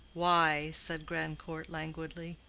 why? said grandcourt, languidly.